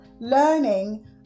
learning